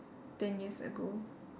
ten years ago